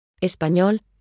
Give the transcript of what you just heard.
Español